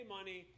money